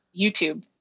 YouTube